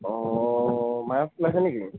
অ মাছ ওলাইছে নেকি